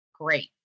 great